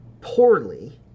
poorly